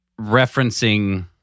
referencing